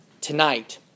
tonight